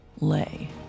lay